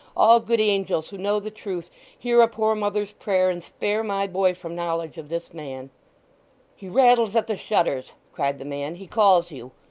all good angels who know the truth hear a poor mother's prayer, and spare my boy from knowledge of this man he rattles at the shutters cried the man. he calls you.